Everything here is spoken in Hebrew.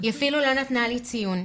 היא אפילו לא נתנה לי ציון.